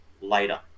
later